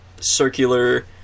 circular